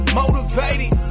motivated